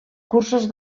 cursos